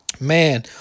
Man